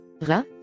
Ra